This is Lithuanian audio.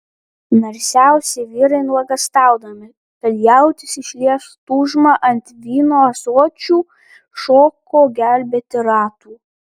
narsiausi vyrai nuogąstaudami kad jautis išlies tūžmą ant vyno ąsočių šoko gelbėti ratų